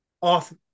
off